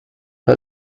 her